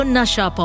Nasha